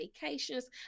vacations